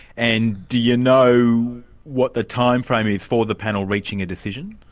and do you know what the timeframe is for the panel reaching a decision?